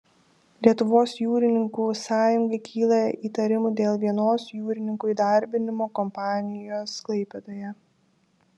lietuvos jūrininkų sąjungai kyla įtarimų dėl vienos jūrininkų įdarbinimo kompanijos klaipėdoje